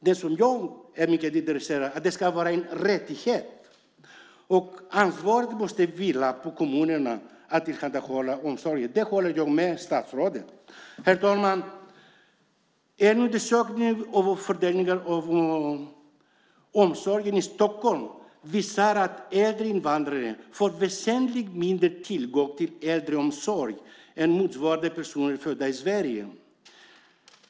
Det som jag är mycket intresserad av är att det ska vara en rättighet. Ansvaret att tillhandahålla omsorg måste vila på kommunerna, där håller jag med statsrådet. Herr talman! En undersökning om fördelningen av omsorgen i Stockholm visar att äldre invandrare får väsentligt mindre tillgång till äldreomsorg än motsvarande personer födda i Sverige.